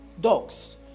dogs